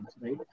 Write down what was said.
right